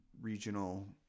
Regional